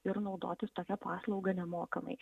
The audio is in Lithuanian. ir naudotis tokia paslauga nemokamai